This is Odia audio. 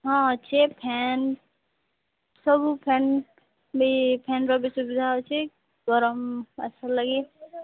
ହଁ ଅଛି ଫ୍ୟାନ୍ ସବୁ ଫ୍ୟାନ୍ ବି ଫ୍ୟାନ୍ର ବି ସୁବିଧା ଅଛି ଗରମ ଲାଗି